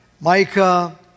Micah